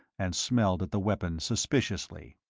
and smelled at the weapon suspiciously.